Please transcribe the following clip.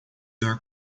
dar